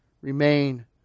remain